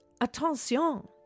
Attention